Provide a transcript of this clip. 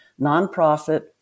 nonprofit